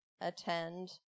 attend